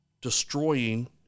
destroying